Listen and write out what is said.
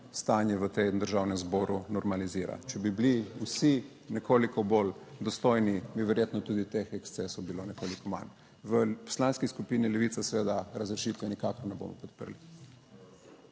stanje v tem Državnem zboru normalizira. Če bi bili vsi nekoliko bolj dostojni, bi verjetno tudi teh ekscesov bilo nekoliko manj. V Poslanski skupini Levica seveda razrešitve nikakor ne bomo podprli.